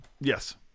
Yes